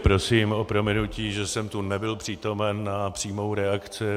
Prosím o prominutí, že jsem tu nebyl přítomen na přímou reakci.